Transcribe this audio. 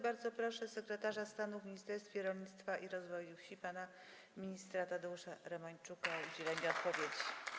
Bardzo proszę sekretarza stanu w Ministerstwie Rolnictwa i Rozwoju Wsi pana ministra Tadeusza Romańczuka o udzielenie odpowiedzi.